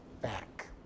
back